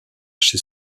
chez